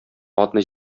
атны